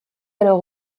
alors